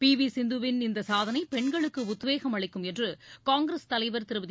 B V சிந்துவின் இந்த சாதனை பெண்களுக்கு உத்வேகம் அளிக்கும் என்று காங்கிரஸ் தலைவர் திருமதி